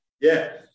Yes